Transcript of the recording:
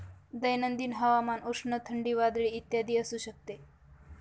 दैनंदिन हवामान उष्ण, थंडी, वादळी इत्यादी असू शकते